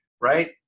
right